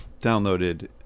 downloaded